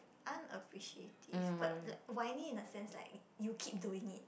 unappreciative but like whiny in the sense like you keep doing it